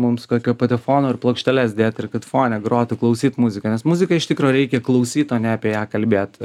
mums kokio patefono ir plokšteles dėt ir kad fone grotų klausyt muziką nes muziką iš tikro reikia klausyt o ne apie ją kalbėt